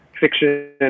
fiction